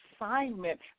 assignment